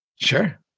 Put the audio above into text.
Sure